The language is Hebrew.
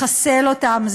לחסל אותן.